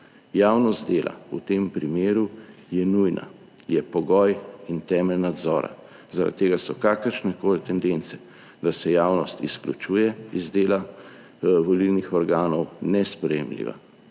Javnost dela v tem primeru je nujna, je pogoj in temelj nadzora. Zaradi tega so kakršnekoli tendence, da se javnost izključuje iz dela volilnih organov, nesprejemljive,